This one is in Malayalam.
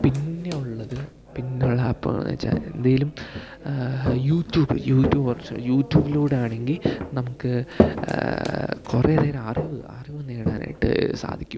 പിന്നെ ഉള്ളത് പിന്നുള്ള ആപ്പ്ന്ന് വെച്ചാൽ എന്തേലും യൂട്യൂബ് യൂട്യൂബ് യൂട്യൂബിലൂടെ ആണെങ്കിൽ നമുക്ക് കുറെ അധികം അറിവ് അറിവ് നേടാനായിട്ട് സാധിക്കും